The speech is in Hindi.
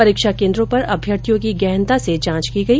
परीक्षा केंद्रों पर अभ्यर्थियों की गहनता से जांच की गई